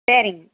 சரிங்க